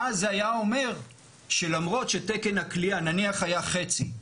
ואז היא אומר שלמרות שתקן הכליאה נניח היה חצי,